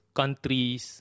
countries